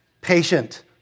patient